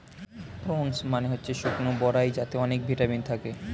prunes মানে হচ্ছে শুকনো বরাই যাতে অনেক ভিটামিন থাকে